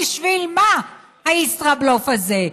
בשביל מה הישראבלוף הזה?